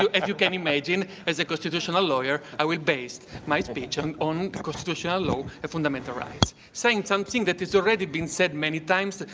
so as you can imagine as a constitutional lawyer, i will base my speech on on constitutional law and fundamental rights. saying something that has already been said many times,